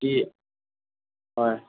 কি হয়